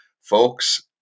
Folks